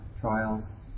trials